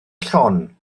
llon